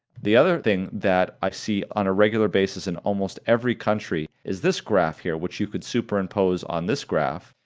the other thing that i see on a regular basis in almost every country is this graph here, which you could superimpose on this graph,